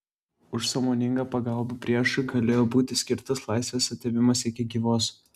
už sąmoningą pagalbą priešui galėjo būti skirtas laisvės atėmimas iki gyvos